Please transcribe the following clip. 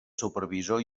supervisor